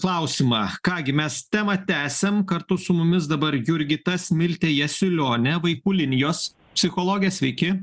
klausimą ką gi mes temą tęsiam kartu su mumis dabar jurgita smiltė jasiulionė vaikų linijos psichologė sveiki